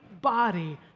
body